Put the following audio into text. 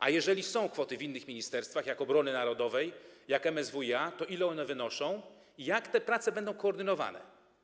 A jeżeli są kwoty w innych ministerstwach, takich jak obrony narodowej, MSWiA, to ile one wynoszą i jak te prace będą koordynowane?